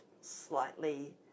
slightly